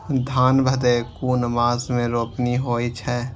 धान भदेय कुन मास में रोपनी होय छै?